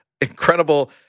incredible